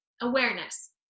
awareness